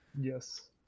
Yes